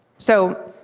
so,